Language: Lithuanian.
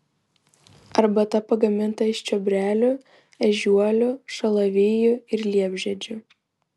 arbata pagaminta iš čiobrelių ežiuolių šalavijų ir liepžiedžių